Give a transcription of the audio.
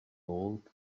old